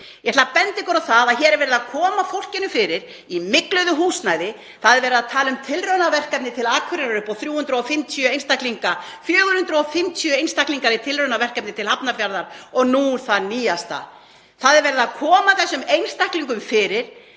Ég ætla að benda ykkur á að hér er verið að koma fólkinu fyrir í mygluðu húsnæði. Það er verið að tala um tilraunaverkefni til Akureyrar fyrir 350 einstaklinga, 450 einstaklinga í tilraunaverkefni til Hafnarfjarðar og nú það nýjasta: Það er verið að koma þessum einstaklingum fyrir